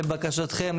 לבקשתכם,